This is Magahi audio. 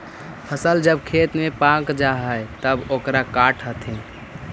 फसल जब खेत में पक जा हइ तब ओकरा काटऽ हथिन